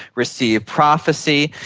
receive prophecy,